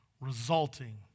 resulting